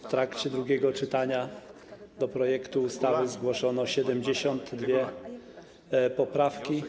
W trakcie drugiego czytania do projektu ustawy zgłoszono 72 poprawki.